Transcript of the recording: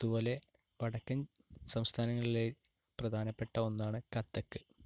അതുപോലെ വടക്കൻ സംസ്ഥാനങ്ങളിലെ പ്രധാനപ്പെട്ട ഒന്നാണ് കഥക്